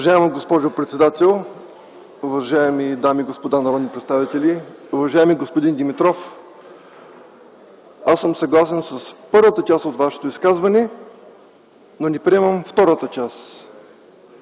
Уважаема госпожо председател, уважаеми дами и господа народни представители, уважаеми господин Димитров! Аз съм съгласен с първата част от Вашето изказване, но не приемам втората част.